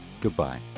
Goodbye